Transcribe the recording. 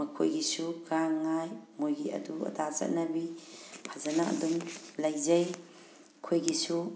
ꯃꯈꯣꯏꯒꯤꯁꯨ ꯒꯥꯡꯉꯥꯏ ꯃꯣꯏꯒꯤ ꯑꯗꯨ ꯑꯗꯥ ꯆꯠꯅꯕꯤ ꯐꯖꯅ ꯑꯗꯨꯝ ꯂꯩꯖꯩ ꯑꯩꯈꯣꯏꯒꯤꯁꯨ